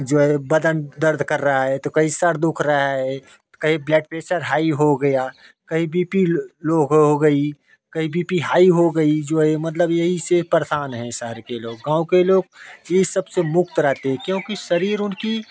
जो है बदन दर्द कर रहा है तो कहीं सिर दुख रहा है तो कहीं ब्लड प्रेसर हाई हो गया कहीं बी पी लो हो गई कहीं बी पी हाई हो गई जो है मतलब यही से परेशान है शहर के लोग गाँव के लोग ये सब से मुक्त रहते हैं क्योंकि शरीर उनकी